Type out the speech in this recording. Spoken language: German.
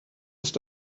ist